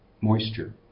moisture